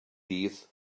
dydd